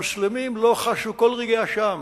המוסלמים לא חשו כל רגשי אשם,